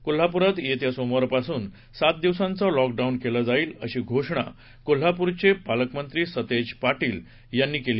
कोल्हापूरात येत्या सोमवारपासून सात दिवसांचा लॉक डाऊन केलं जाईल अशी घोषणा कोल्हापूरचे पालकमंत्री सतेज पाटील यांनी काल केली